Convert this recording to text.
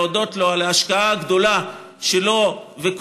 להודות לו על ההשקעה הגדולה שלו ושל